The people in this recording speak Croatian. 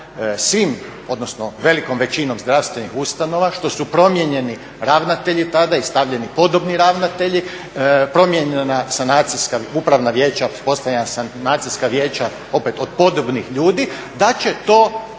svim, odnosno velikom većinom zdravstvenih ustanova, što su promijenjeni ravnatelji tada i stavljeni podobni ravnatelji, promijenjena sanacijska upravna vijeća, pretpostavljam sanacijska vijeća opet od podobnih ljudi da će to